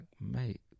mate